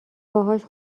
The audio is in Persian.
باهاش